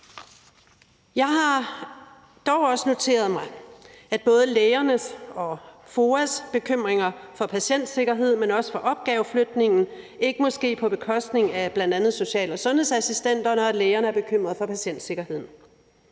Jeg har dog også noteret mig både lægernes og FOA's bekymringer for patientsikkerheden, men også for opgaveflytningen, i forhold til at det ikke må ske på bekostning af bl.a. social- og sundhedsassistenterne. Lægerne er bekymret for patientsikkerheden,